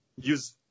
use